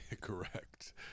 Correct